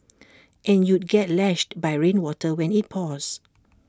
and you'd get lashed by rainwater when IT pours